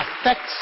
affects